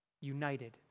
united